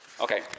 Okay